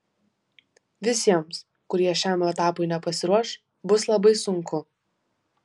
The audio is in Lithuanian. visiems kurie šiam etapui nepasiruoš bus labai sunku